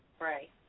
Right